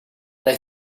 they